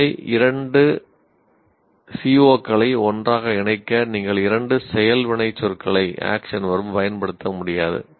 இல்லை இரண்டு CO களை ஒன்றோடு இணைக்க நீங்கள் இரண்டு செயல் வினைச்சொற்களைப் பயன்படுத்த முடியாது